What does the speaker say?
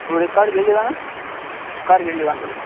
थुआढ़े घर केह्ड़ी जगह् न घर केह्ड़ी जगह् न थुआढ़े